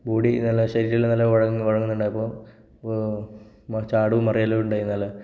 body നല്ല ശരീരമെല്ലാം നല്ല വഴങ്ങുന്നുണ്ടായിരുന്നു അപ്പോൾ നമ്മൾ ചാടുക മറിയൽ ഉണ്ടായി നല്ല